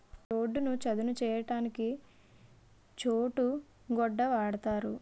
రోడ్డును చదును చేయడానికి చోటు గొడ్డ వాడుతారు